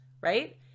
right